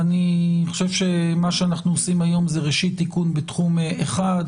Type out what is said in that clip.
ואני חושב שמה שאנחנו עושים היום זה ראשית תיקון בתחום אחד.